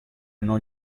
non